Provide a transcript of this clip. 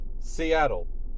Seattle